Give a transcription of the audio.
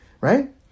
Right